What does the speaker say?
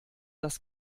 das